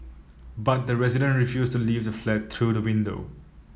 but the resident refused to leave the flat through the window